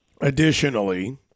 Additionally